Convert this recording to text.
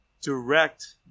direct